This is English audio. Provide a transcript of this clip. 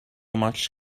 much